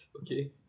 Okay